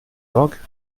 york